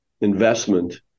investment